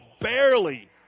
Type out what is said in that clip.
barely